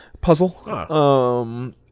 Puzzle